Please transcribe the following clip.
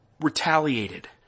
retaliated